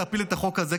להפיל את החוק הזה,